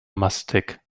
mastek